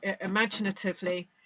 imaginatively